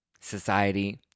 society